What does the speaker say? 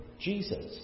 Jesus